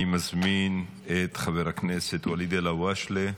אני מזמין את חבר הכנסת ואליד אלהואשלה,